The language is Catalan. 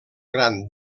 gran